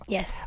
Yes